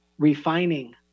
refining